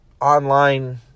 online